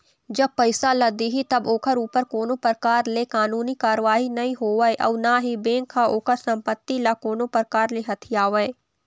जब पइसा ल दिही तब ओखर ऊपर कोनो परकार ले कानूनी कारवाही नई होवय अउ ना ही बेंक ह ओखर संपत्ति ल कोनो परकार ले हथियावय